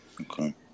Okay